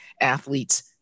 athletes